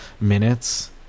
minutes